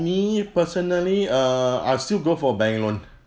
me personally err I'll still go for bank loan